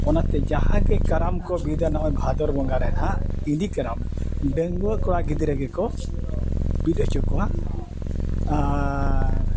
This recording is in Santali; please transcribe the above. ᱚᱱᱟᱛᱮ ᱡᱟᱦᱟᱸ ᱜᱮ ᱠᱟᱨᱟᱢ ᱠᱚ ᱵᱤᱫᱟ ᱱᱚᱜᱼᱚᱭ ᱵᱷᱟᱫᱚᱨ ᱵᱚᱸᱜᱟ ᱨᱮ ᱱᱟᱦᱟᱸᱜ ᱮᱸᱫᱮ ᱠᱟᱨᱟᱢ ᱰᱟᱹᱝᱜᱭᱣᱟᱹ ᱠᱚᱲᱟ ᱜᱤᱫᱽᱨᱟᱹ ᱜᱮᱠᱚ ᱵᱤᱫ ᱦᱚᱪᱚ ᱠᱚᱣᱟ ᱟᱨ